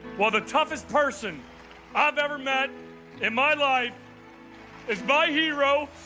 well, the toughest person ive ever met in my life is my hero,